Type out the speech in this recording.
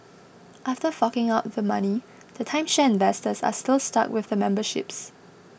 after forking out the money the timeshare investors are still stuck with the memberships